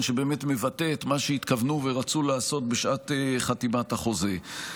שבאמת מבטא את מה שהתכוונו ורצו לעשות בשעת חתימת החוזה.